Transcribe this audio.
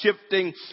shifting